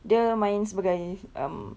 dia main sebagai um